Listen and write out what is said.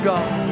God